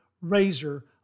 razor